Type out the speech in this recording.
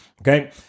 Okay